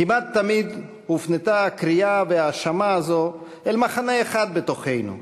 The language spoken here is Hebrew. כמעט תמיד הופנתה הקריאה וההאשמה הזאת אל מחנה אחד בתוכנו,